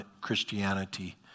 Christianity